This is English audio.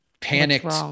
panicked